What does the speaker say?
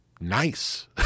nice